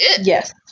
Yes